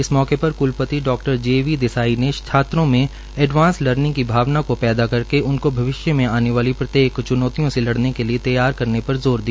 इस मौके पर कुलपति डा जी वी देसाई ने छात्रों में एंडवास लर्निंग की भावना को पैदा करके उनके भविष्य में आने वाली प्रत्येक च्नौतियों से लड़ने के लिए तैयार करने पर जोर दिया